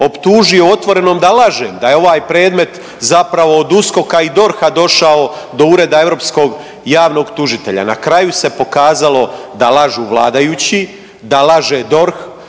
optužio u Otvorenom da lažem, da je ovaj predmet zapravo od USKOK-a i DORH-a došao do Ureda europskog javnog tužitelja, na kraju se pokazalo da lažu vladajući, da laže DORH,